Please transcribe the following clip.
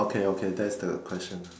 K okay that's the question